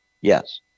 Yes